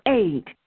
eight